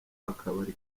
akabari